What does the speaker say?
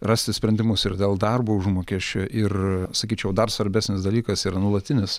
rasti sprendimus ir dėl darbo užmokesčio ir sakyčiau dar svarbesnis dalykas yra nuolatinis